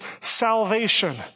salvation